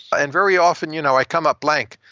and very often you know i come up blank.